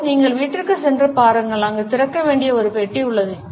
Joe நீங்கள் வீட்டிற்கு சென்று பாருங்கள் அங்கு திறக்க வேண்டிய ஒரு பெட்டி உள்ளது